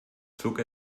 zog